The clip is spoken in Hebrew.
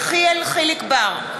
יחיאל חיליק בר,